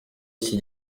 iki